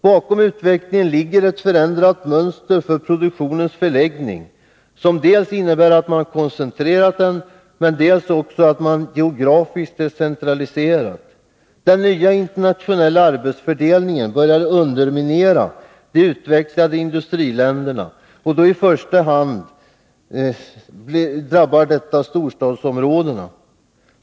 Bakom denna utveckling ligger ett förändrat mönster för produktionens förläggning, som dels koncentrerats, dels också geografiskt decentraliserats. Den nya internationella arbetsfördelningen börjar underminera de utvecklade industriländerna. I första hand drabbas då storstadsområdena.